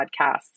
podcasts